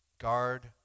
Guard